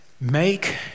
Make